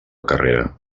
carrera